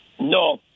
No